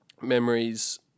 memories